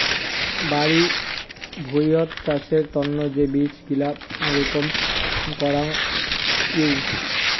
বাড়ি ভুঁইয়ত চাষের তন্ন যে বীজ গিলা রপন করাং হউ